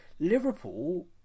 Liverpool